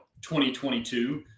2022